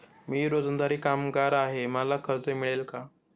मी रोजंदारी कामगार आहे मला कर्ज मिळेल का?